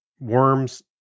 worms